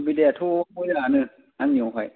सुबिदायाथ' मोजां आनो आंनियाव हाय